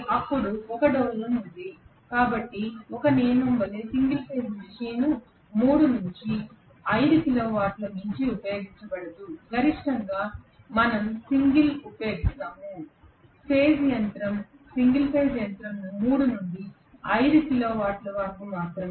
అప్పుడు ఒక డోలనం ఉంది కాబట్టి ఒక నియమం వలె సింగిల్ ఫేజ్ మెషీన్ 3 నుండి 5 కిలోవాట్లకు మించి ఉపయోగించబడదు గరిష్టంగా మనం సింగిల్ ఉపయోగిస్తాము ఫేజ్ యంత్రం 3 నుండి 5 కిలోవాట్ల వరకు మాత్రమే